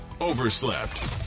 overslept